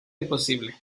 imposible